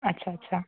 अच्छा अच्छा